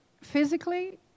Physically